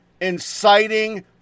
inciting